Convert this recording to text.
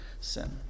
sin